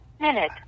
minute